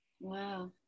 Wow